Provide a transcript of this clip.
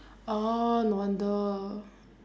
orh no wonder